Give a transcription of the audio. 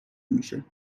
میشود